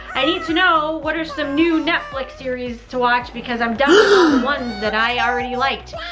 i need to know what are some new netflix series to watch because i'm done with all the ones that i already liked.